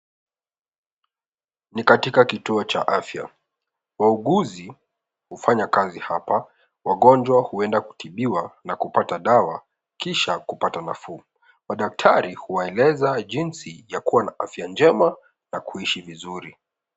Ni katika kituo cha afya. Wauguzi hufanya kazi hapa. Wagonjwa huenda kutibiwa na kupata dawa kisha kupata nafuu. Madaktari huwaeleza jinsi ya kuwa na afya njema na kuishi vizuri.